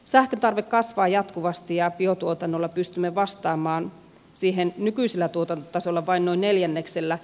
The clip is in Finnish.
sähköntarve kasvaa jatkuvasti ja biotuotannolla pystymme vastaamaan siihen nykyisellä tuotantotasolla vain noin neljänneksellä